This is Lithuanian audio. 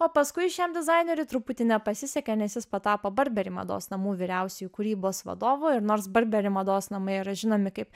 o paskui šiam dizaineriui truputį nepasisekė nes jis patapo burberry mados namų vyriausioji kūrybos vadovu ir nors burberry mados namai yra žinomi kaip